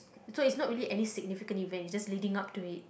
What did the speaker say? so it's not really any significant event it's just leading up to it